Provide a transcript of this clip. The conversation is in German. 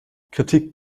kritik